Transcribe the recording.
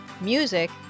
music